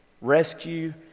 rescue